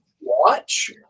watch